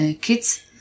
kids